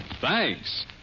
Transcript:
Thanks